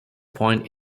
point